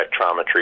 spectrometry